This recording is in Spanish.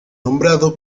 nombrado